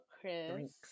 Chris